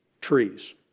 trees